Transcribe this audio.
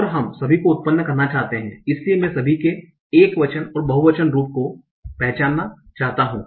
और हम सभी को उत्पन्न करना चाहते हैं इसलिए मैं सभी के एकवचन और बहुवचन रूप को पहचानना चाहता हूं